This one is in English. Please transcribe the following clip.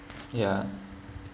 ya